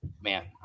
man